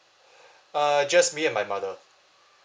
uh just me and my mother